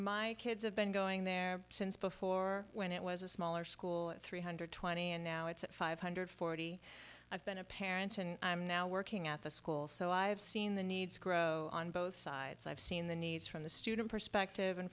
my kids have been going there since before when it was a smaller school at three hundred twenty and now it's at five hundred forty i've been a parent and i'm now working at the school so i've seen the needs grow on both sides i've seen the needs from the student perspective and